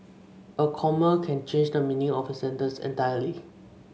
a comma can change the meaning of a sentence entirely